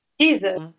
Jesus